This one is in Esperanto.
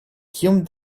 kiom